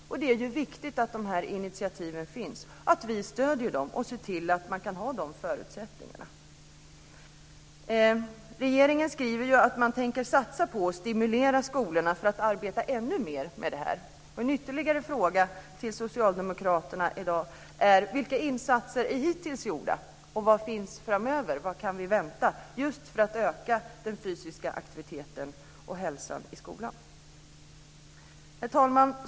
Dessa initiativ är viktiga, och det är viktigt att vi stöder dem och ser till att förutsättningarna finns. Regeringen skriver att man tänker stimulera skolorna att arbeta ännu mer med detta. En annan fråga till Socialdemokraterna i dag är vilka insatser som hittills är gjorda och vad vi kan vänta framöver i arbetet med att öka den fysiska aktiviteten och hälsan i skolan. Herr talman!